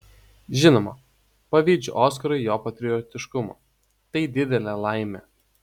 žinoma pavydžiu oskarui jo patriotiškumo tai didelė laimė